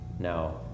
Now